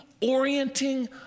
orienting